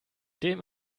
dem